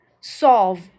solve